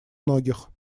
многих